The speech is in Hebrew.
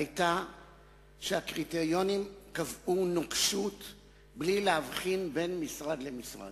היתה שהקריטריונים קבעו נוקשות בלי להבחין בין משרד למשרד.